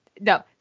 No